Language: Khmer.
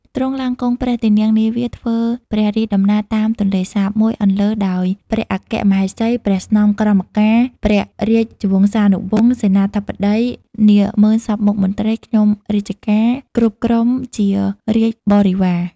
ទ្រង់ឡើងគង់ព្រះទីន័ងនាវាធ្វើព្រះរាជដំណើរតាមទន្លេសាប មួយអន្លើដោយព្រះអគ្គមហេសី ព្រះស្នំក្រមការ ព្រះរាជវង្សានុវង្ស សេនាបតី នាហ្មឺនសព្វមុខមន្ត្រីខ្ញុំរាជការគ្រប់ក្រុមជារាជបរិពារ